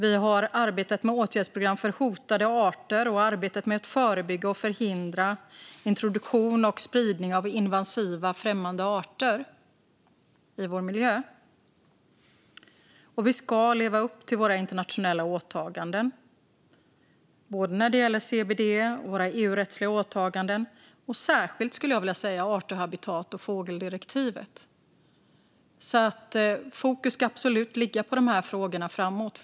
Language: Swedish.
Vi har arbetat med åtgärdsprogram för hotade arter och med att förebygga och förhindra introduktion och spridning av invasiva främmande arter i vår miljö. Vi ska också leva upp till våra internationella åtaganden, både när det gäller CBD och våra EU-rättsliga åtaganden - särskilt, skulle jag vilja säga, art och habitatdirektivet och fågeldirektivet. Fokus ska absolut ligga på de här frågorna framåt.